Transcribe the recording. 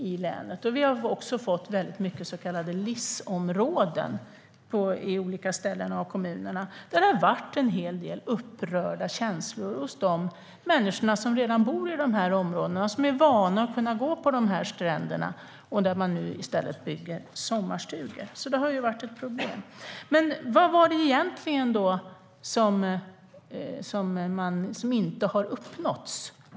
Dessutom har vi fått många så kallade LIS-områden på olika ställen i länet. Det har medfört en hel del upprörda känslor hos dem som bor i de områdena och är vana att kunna gå på stränder där det nu byggs sommarstugor. Det har varit ett problem. Vad är det egentligen som inte har uppnåtts?